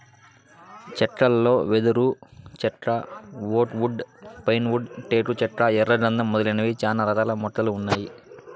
చెక్కలలో వెదురు చెక్క, ఓక్ వుడ్, పైన్ వుడ్, టేకు చెక్క, ఎర్ర గందం మొదలైనవి చానా రకాల చెక్కలు ఉన్నాయి